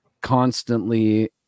constantly